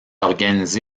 organisé